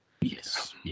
yes